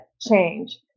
change